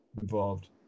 involved